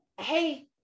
Hey